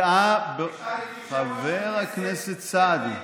חבר הכנסת סעדי,